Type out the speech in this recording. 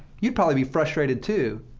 you'd probably be frustrated, too.